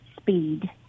speed